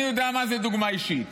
אני יודע מה זו דוגמה אישית.